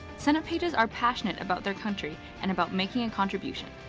senate pages are passionate about their country and about making a contribution.